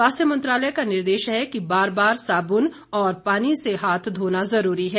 स्वास्थ्य मंत्रालय का निर्देश है कि बार बार साबुन और पानी से हाथ धोना जरूरी है